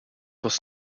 was